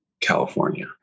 California